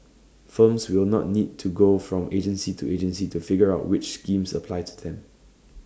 firms will not need to go from agency to agency to figure out which schemes apply to them